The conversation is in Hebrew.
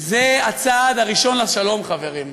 זה הצעד הראשון לשלום, חברים.